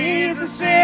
Jesus